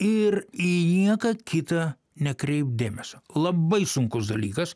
ir į nieką kitą nekreipt dėmesio labai sunkus dalykas